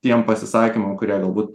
tiem pasisakymam kurie galbūt